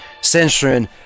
censoring